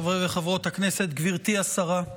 חברי וחברות הכנסת, גברתי השרה,